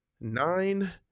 nine